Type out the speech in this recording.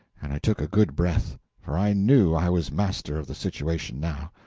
and i took a good breath for i knew i was master of the situation now.